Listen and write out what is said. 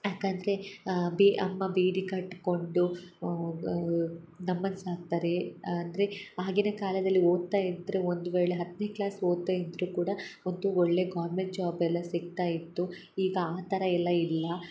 ಯಾಕೆ ಅಂದರೆ ಬಿ ಅಮ್ಮ ಬೀಡಿ ಕಟ್ಕೊಂಡು ನಮ್ಮನ್ನ ಸಾಕ್ತಾರೆ ಆದರೆ ಆಗಿನ ಕಾಲದಲ್ಲಿ ಓದ್ತಾ ಇದ್ದರೆ ಒಂದ್ವೇಳೆ ಹತ್ತನೇ ಕ್ಲಾಸ್ ಓದ್ತಾ ಇದ್ದರೂ ಕೂಡ ಒಂದು ಒಳ್ಳೆಯ ಗೌರ್ಮೆಂಟ್ ಜಾಬ್ ಎಲ್ಲ ಸಿಕ್ತಾ ಇತ್ತು ಈಗ ಆ ಥರ ಎಲ್ಲ ಇಲ್ಲ